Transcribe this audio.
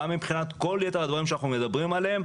גם מבחינת כל יתר הדברים שאנחנו מדברים עליהם.